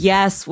Yes